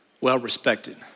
well-respected